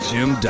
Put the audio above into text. Jim